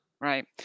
Right